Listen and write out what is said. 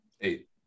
Eight